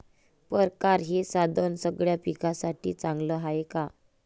परकारं हे साधन सगळ्या पिकासाठी चांगलं हाये का?